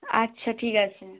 আচ্ছা ঠিক আছে